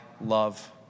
love